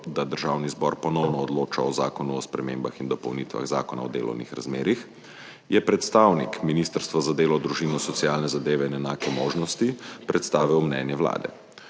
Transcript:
da Državni zbor ponovno odloča o Zakonu o spremembah in dopolnitvah Zakona o delovnih razmerjih, je predstavnik Ministrstva za delo, družino, socialne zadeve in enake možnosti predstavil mnenje Vlade.